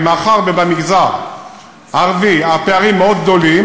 ומאחר שבמגזר הערבי הפערים מאוד גדולים,